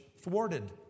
thwarted